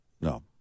no